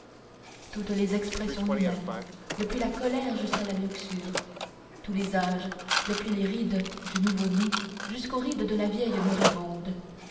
toutes les expressions humaines depuis la colère jusqu'à la luxure tous les âges depuis les rides du nouveau-né jusqu'aux rides de la vieille moribonde